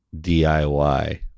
DIY